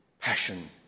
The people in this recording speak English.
passion